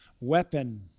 weapon